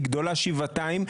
היא גדולה שבעתיים,